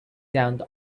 down